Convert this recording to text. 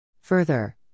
Further